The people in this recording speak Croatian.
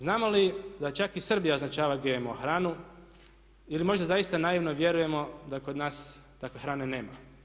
Znamo li da čak i Srbija označava GMO hranu ili možda zaista naivno vjerujemo da kod nas takve hrane nema?